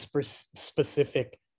specific